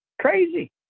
crazy